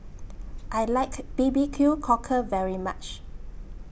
I like B B Q Cockle very much